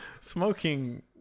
smoking